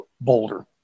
boulder